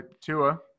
Tua